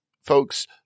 Folks